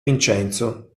vincenzo